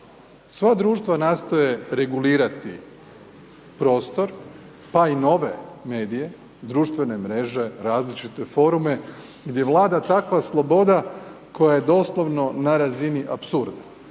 Sva društva nastoje regulirati prostor pa i nove medije, društvene mreže, različite forume gdje vlada takva sloboda koja je doslovno na razini apsurda